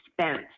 spent